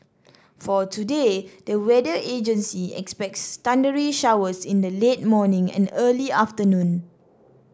for today the weather agency expects thundery showers in the late morning and early afternoon